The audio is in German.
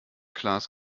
class